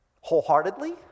wholeheartedly